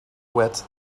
wet